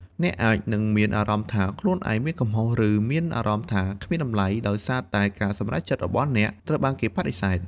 អ្នកអាចនឹងមានអារម្មណ៍ថាខ្លួនឯងមានកំហុស ឬមានអារម្មណ៍ថាគ្មានតម្លៃ ដោយសារតែការសម្រេចចិត្តរបស់អ្នកត្រូវបានគេបដិសេធ។